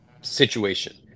situation